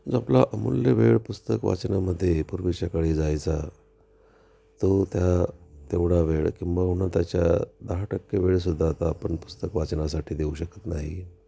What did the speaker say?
जो आपला अमूल्य वेळ पुस्तक वाचण्यामध्ये पूर्वीच्या काळी जायचा तो त्या तेवढा वेळ किंबहुना त्याच्या दहा टक्के वेळसुद्धा आता आपण पुस्तक वाचनासाठी देऊ शकत नाही